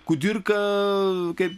kudirka kaip